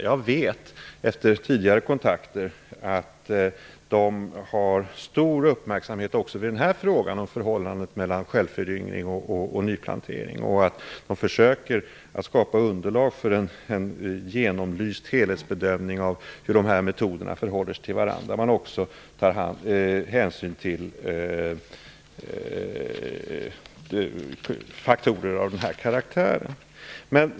Jag vet efter tidigare kontakter att Skogsstyrelsen har fäst stor uppmärksamhet också vid den här frågan och förhållandet mellan självföryngring och nyplantering. Man försöker också skapa underlag för en genomlyst helhetsbedömning av hur dessa metoder förhåller sig till varandra, där man också tar hänsyn till faktorer av den här karaktären.